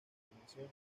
continuación